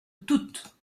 toutes